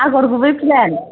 आगर गुबै फ्लेन